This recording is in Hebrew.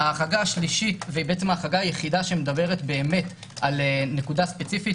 ההחרגה השלישית היא ההחרגה היחידה שמדברת על נקודה ספציפית,